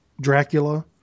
Dracula